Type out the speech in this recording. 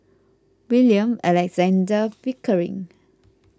William Alexander Pickering